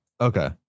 Okay